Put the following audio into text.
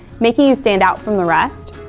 making you stand out from the rest.